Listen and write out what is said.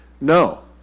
No